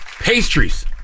pastries